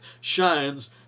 shines